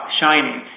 shining